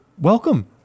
welcome